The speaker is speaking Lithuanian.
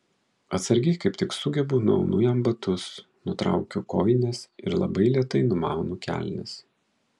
atsargiai kaip tik sugebu nuaunu jam batus nutraukiu kojines ir labai lėtai numaunu kelnes